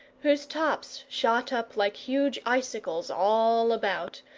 whose tops shot up like huge icicles all about,